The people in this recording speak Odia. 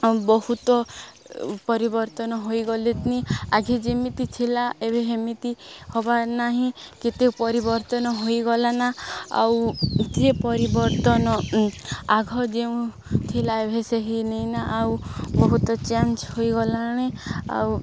ବହୁତ ପରିବର୍ତ୍ତନ ହୋଇଗଲେଣି ଆଗେ ଯେମିତି ଥିଲା ଏବେ ହେମିତି ହବାର ନାହିଁ କେତେ ପରିବର୍ତ୍ତନ ହୋଇଗଲା ନା ଆଉ କିଏ ପରିବର୍ତ୍ତନ ଆଘ ଯେଉଁ ଥିଲା ଏବେ ସେହି ନେଇନା ଆଉ ବହୁତ ଚେଞ୍ଜ ହୋଇଗଲାଣି ଆଉ